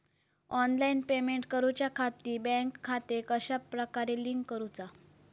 Online payment करुच्याखाती bank खाते कश्या प्रकारे लिंक करुचा?